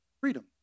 Freedom